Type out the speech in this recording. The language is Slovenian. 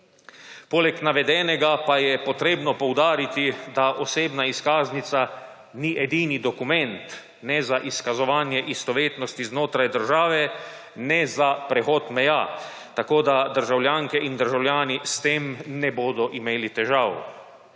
Poleg navedenega pa je potrebno poudariti, da osebna izkaznica ni edini dokument ne za izkazovanje istovetnosti znotraj države ne za prehod meja tako, da državljanke in državljani s tem ne bodo imeli težav.